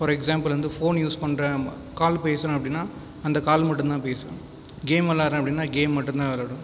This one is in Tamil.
ஃபார் எக்சாம்பிள் வந்து ஃபோன் யூஸ் பண்ணுறேன் கால் பேசுகிறேன் அப்படின்னா அந்த கால் மட்டும் தான் பேசுவேன் கேம் விளையாடுகிறேன் அப்படின்னா கேம் மட்டும் தான் விளையாடுவேன்